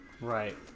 Right